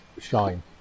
shine